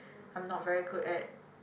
I'm not very good at